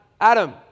Adam